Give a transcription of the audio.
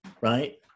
right